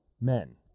men